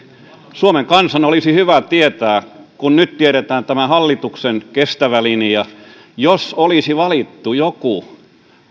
suomen kansan olisi hyvä tietää kun nyt tiedetään tämä hallituksen kestävä linja että jos olisi valittu joku